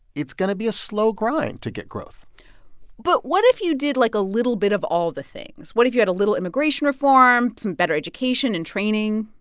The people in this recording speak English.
it's going to be a slow grind to get growth but what if you did, like, a little bit of all the things? what if you had a little immigration reform, some better education and training?